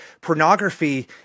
pornography